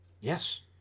Yes